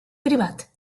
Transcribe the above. privat